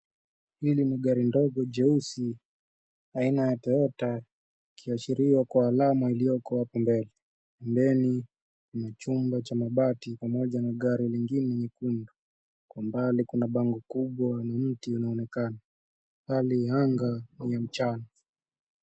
Hili ni gari dogo jeusi aina ya Toyota ikiashiriwa kwa alama iliyoko hapo mbeleni na chumba cha mabati pamoja na gari lingine nyekundu. Kwa mbali kuna bango kubwa na miti inaonekana. Hali ya anga ni mchana.